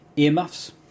earmuffs